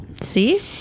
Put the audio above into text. see